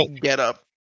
getup